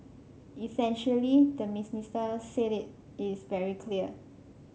essentially the minister said it is very clear